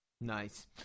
nice